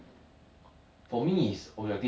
tek chew also play habitual leh